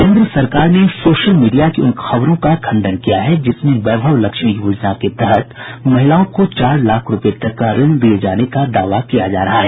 केन्द्र सरकार ने सोशल मीडिया की उन खबरों का खंडन किया है जिसमें वैभव लक्ष्मी योजना के तहत महिलाओं को चार लाख रूपये तक का ऋण दिये जाने का दावा किया जा रहा है